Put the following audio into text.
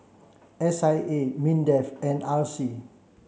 S I A MINDEF and R C